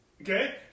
Okay